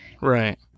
Right